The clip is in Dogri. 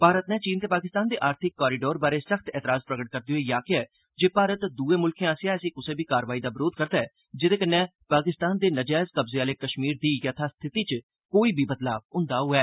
भारत नै चीन ते पाकिस्तान दे आर्थिक कोरीडोर लांघे बारै सख्त ऐतराज प्रगट करदे होई आक्खेआ जे भारत दुए मुल्खे आस्सेआ ऐसी कुसै बी कारवाई दा बरोघ करदा ऐ जेदे कन्नै पाकिस्तान दे नजैज कब्जे आले कश्मीर दी यथास्थिति च कोई बदलाव होंदा होवै